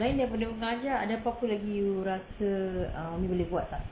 selain dari mengajar ada apa-apa lagi you rasa um umi boleh buat tak